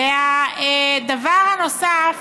דבר נוסף,